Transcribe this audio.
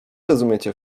rozumiecie